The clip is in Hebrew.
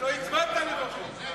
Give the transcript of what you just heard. בבקשה.